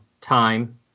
time